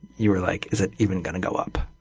you were like is it even going to go up?